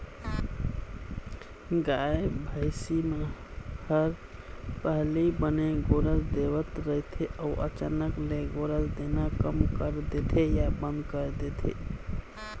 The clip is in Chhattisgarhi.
गाय, भइसी मन ह पहिली बने गोरस देवत रहिथे अउ अचानक ले गोरस देना कम कर देथे या बंद कर देथे